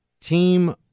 Team